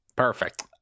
perfect